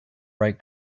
write